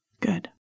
Good